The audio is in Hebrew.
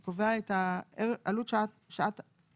זה קובע את עלות שעת עבודה,